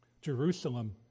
Jerusalem